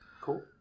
cool